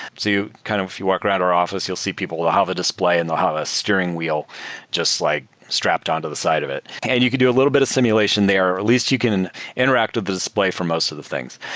you kind of you walk around our office, you'll see people have a display and they'll have a steering wheel just like strapped on to the side of it and you could do a little bit of simulation there, or at least you can interact with the display for most of the things.